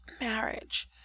marriage